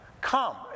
come